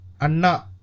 Anna